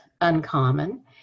uncommon